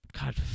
God